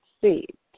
seat